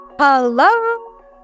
Hello